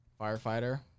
firefighter